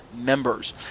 members